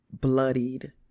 bloodied